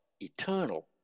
eternal